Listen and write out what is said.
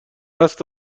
دست